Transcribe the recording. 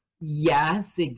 Yes